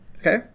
okay